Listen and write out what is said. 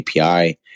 API